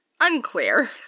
unclear